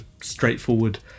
straightforward